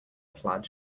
plaid